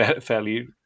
fairly